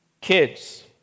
Kids